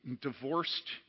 divorced